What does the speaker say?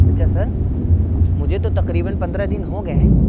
اچھا سر مجھے تو تقریباً پندرہ دن ہو گئے ہیں